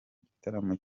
gitaramo